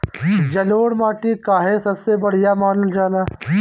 जलोड़ माटी काहे सबसे बढ़िया मानल जाला?